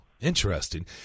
Interesting